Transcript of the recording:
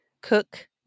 Cook